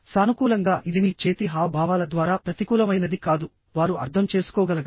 సానుకూలంగా ఇది మీ చేతి హావభావాల ద్వారా ప్రతికూలమైనది కాదు వారు అర్థం చేసుకోగలగాలి